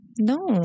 No